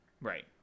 Right